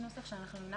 אלא יש נוסח שהנחנו,